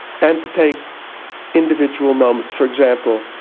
and to take individual moments. for example,